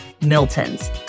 Milton's